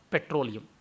Petroleum